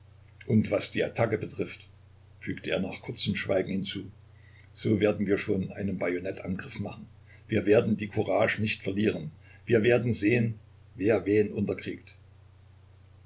und was die attacke betrifft fügte er nach kurzem schweigen hinzu so werden wir schon einen bajonettangriff machen wir werden die courage nicht verlieren wir werden sehen wer wen unterkriegt